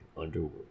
underworld